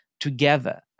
together